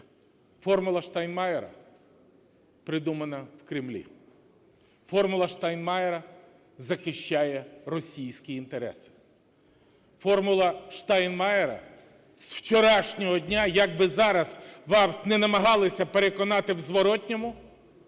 "Формула Штайнмайєра" придумана в Кремлі. "Формула Штайнмайєра" захищає російські інтереси. "Формула Штайнмайєра" з вчорашнього дня, як би зараз вас не намагалися переконати в зворотному,